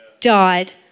died